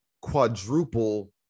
quadruple